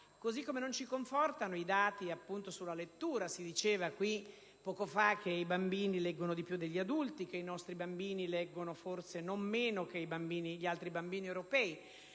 Così come non ci confortano i dati sulla lettura. Si diceva poco fa che i bambini leggono più dei adulti, che i nostri bambini leggono forse non meno che gli altri bambini europei,